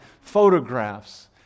photographs